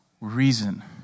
reason